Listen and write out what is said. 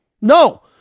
No